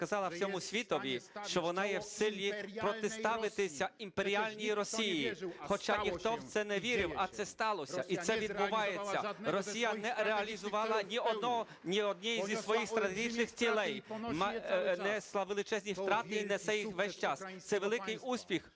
показала всьому світові, що вона є в силі протиставитися імперіальній Росії, хоча ніхто в це не вірив, а це сталося і це відбувається. Росія не реалізувала ні однієї зі своїх стратегічних цілей, понесла величезні втрати і несе їх весь час. Це великий успіх